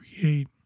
create